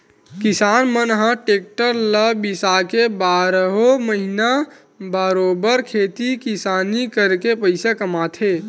किसान मन ह टेक्टर ल बिसाके बारहो महिना बरोबर खेती किसानी करके पइसा कमाथे